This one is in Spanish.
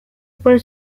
por